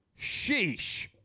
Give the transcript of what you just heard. sheesh